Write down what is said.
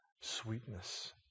sweetness